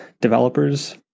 developers